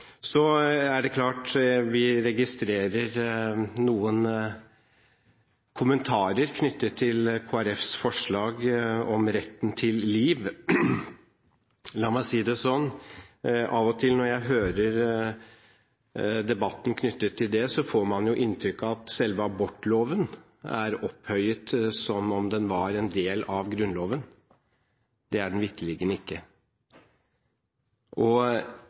Så er det sagt – også fra vår side. Det er klart at vi registrerer noen kommentarer knyttet til Kristelig Folkepartis forslag om retten til liv. La meg si det sånn: Av og til når jeg hører debatten knyttet til dette, får man inntrykk av at selve abortloven er opphøyet som om den var en del av Grunnloven. Det er den vitterlig ikke.